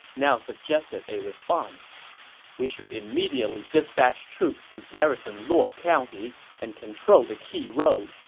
now suggested a response we should immediately dispatch troops to garrison luo county and control the key road.